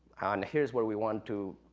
and here's where we want to,